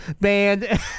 banned